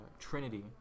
trinity